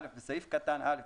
בסעיף קטן (א),